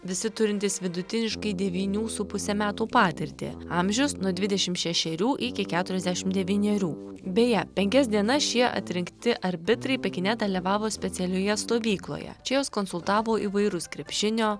visi turintys vidutiniškai devynių su puse metų patirtį amžius nuo dvidešimt šešerių iki keturiasdešimt devynerių beje penkias dienas šie atrinkti arbitrai pekine dalyvavo specialioje stovykloje čia juos konsultavo įvairūs krepšinio